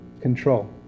control